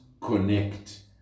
connect